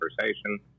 conversation